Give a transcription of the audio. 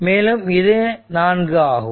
மேலும் இது 4 ஆகும்